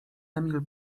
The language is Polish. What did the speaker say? emil